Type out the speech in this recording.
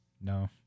No